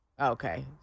Okay